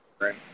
Right